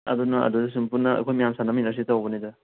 ꯑꯗꯨꯅ ꯑꯗꯨꯗ ꯁꯨꯝ ꯄꯨꯟꯅ ꯑꯩꯈꯣꯏ ꯃꯌꯥꯝ ꯁꯥꯟꯅꯃꯤꯅꯔꯁꯦ ꯇꯧꯕꯅꯤꯗ